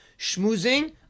schmoozing